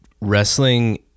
wrestling